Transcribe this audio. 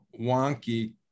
wonky